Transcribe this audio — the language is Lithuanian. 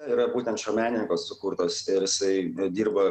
yra būtent šio menininko sukurtos ir jisai dirba